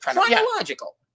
chronological